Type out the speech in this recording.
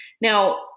Now